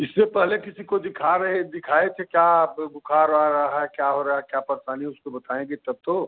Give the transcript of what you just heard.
इससे पहले किसी को दिखा रहे दिखाए थे क्या आप बुखार आ रहा है क्या हो रहा है क्या परेशानी उसको बताएँगे तब तो